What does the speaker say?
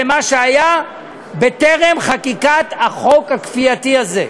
למה שהיה בטרם חקיקת החוק הכפייתי הזה.